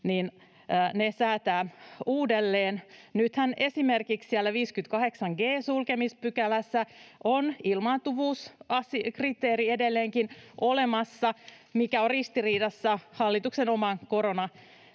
sisältää, säätää uudelleen. Nythän esimerkiksi siellä 58 g ‑sulkemispykälässä on ilmaantuvuuskriteeri edelleenkin olemassa, mikä on ristiriidassa hallituksen oman